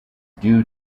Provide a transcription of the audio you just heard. due